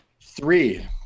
Three